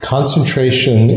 Concentration